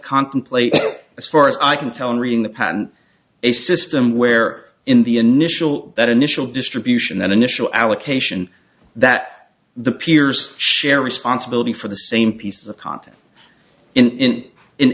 contemplate as far as i can tell in reading the patent a system where in the initial that initial distribution that initial allocation that the peers share responsibility for the same piece of content in in